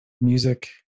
music